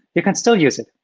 you can still use it.